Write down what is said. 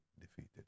defeated